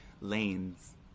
lanes